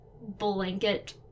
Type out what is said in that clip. blanket